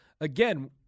again